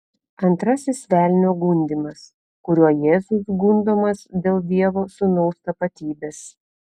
antrasis velnio gundymas kuriuo jėzus gundomas dėl dievo sūnaus tapatybės